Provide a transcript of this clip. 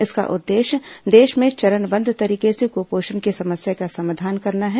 इसका उद्देश्य देश में चरणबद्ध तरीके से कृपोषण की समस्या का समाधान करना है